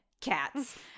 cats